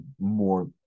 more